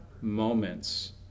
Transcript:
moments